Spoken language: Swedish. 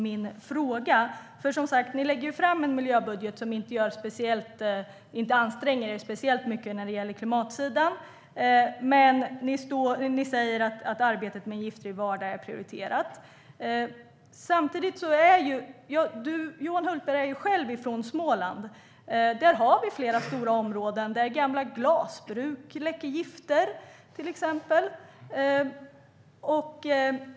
Ni lägger som sagt fram en miljöbudget, Johan Hultberg, där ni inte anstränger er speciellt mycket när det gäller klimatsidan. Ni säger att arbetet med en giftfri vardag är prioriterat. Johan Hultberg själv är från Småland. Där har vi flera stora områden där till exempel gamla glasbruk läcker gifter.